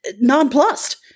nonplussed